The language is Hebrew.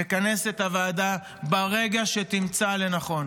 וכנס את הוועדה ברגע שתמצא לנכון.